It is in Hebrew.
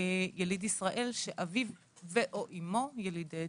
יליד ישראל שאביו ו/או אימו ילידי אתיופיה,